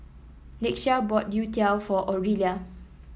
Lakeshia bought youtiao for Orelia